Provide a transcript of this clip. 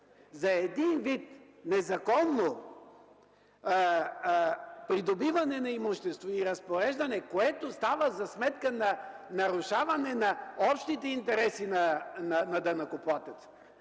за един вид незаконно придобиване на имущество и разпореждане, което става за сметка на нарушаване на общите интереси на данъкоплатеца,